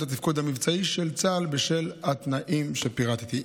התפקוד המבצעי של צה"ל בשל התנאים שפירטתי.